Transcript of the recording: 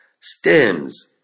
stems